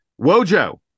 Wojo